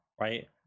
right